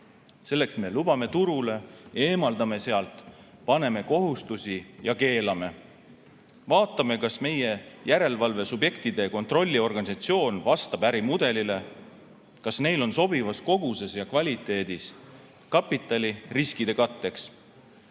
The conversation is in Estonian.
Selleks me lubame turule, eemaldame sealt, paneme kohustusi ja keelame. Vaatame, kas meie järelevalvesubjektide kontrolliorganisatsioon vastab ärimudelile; kas neil on sobivas koguses ja kvaliteedis kapitali riskide katteks;